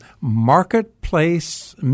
marketplace